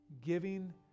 giving